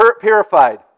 purified